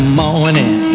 morning